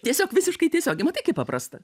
tiesiog visiškai tiesiogiai matai kaip paprasta